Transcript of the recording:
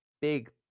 big